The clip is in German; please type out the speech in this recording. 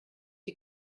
die